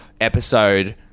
episode